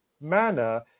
manner